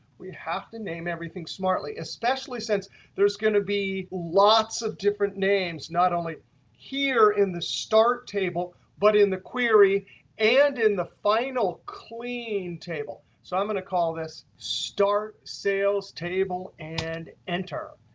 we have the name everything smartly, especially since there's going to be lots of different names not only here in the start table but in the query and in the final clean table. so i'm going to call this start sales table and enter.